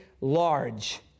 large